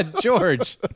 George